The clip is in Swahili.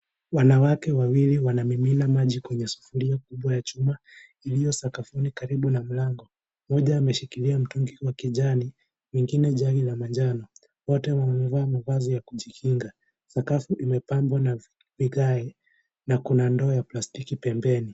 Wanawake wawili wanamimina maji kwenye sufuria kubwa ya chuma iliyo sakafuni karibu na mlango, mmoja ameshikilia mtungi wa kijani mwingine jagi la manjano, wote wamevaa mavazi ya kujikinga, sakafu imepambwa na vigae na ina ndoo ya plastiki pembeni.